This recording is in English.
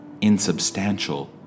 Insubstantial